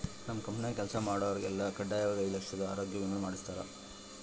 ನಮ್ ಕಂಪೆನ್ಯಾಗ ಕೆಲ್ಸ ಮಾಡ್ವಾಗೆಲ್ಲ ಖಡ್ಡಾಯಾಗಿ ಐದು ಲಕ್ಷುದ್ ಆರೋಗ್ಯ ವಿಮೆ ಮಾಡುಸ್ತಾರ